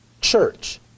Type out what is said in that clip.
church